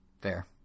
Fair